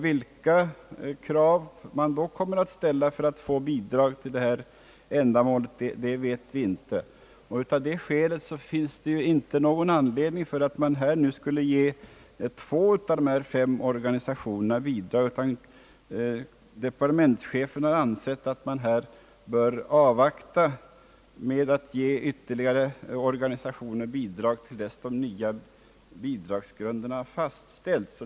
Vilka krav man då kommer att ställa för att få bidrag till detta ändamål vet vi inte. Av det skälet finns det inte någon anledning att man nu skulle ge två av dessa fem organisationer bidrag. Departementschefen har ansett att man bör vänta med beviljandet av bidrag till ytterligare organisationer tills de nya bidragsgrunderna fastställts.